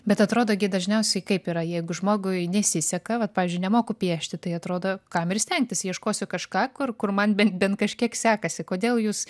bet atrodo gi dažniausiai kaip yra jeigu žmogui nesiseka vat pavyzdžiui nemoku piešti tai atrodo kam ir stengtis ieškosiu kažką kur kur man bent bent kažkiek sekasi kodėl jūs